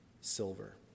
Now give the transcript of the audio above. silver